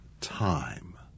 time